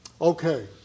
Okay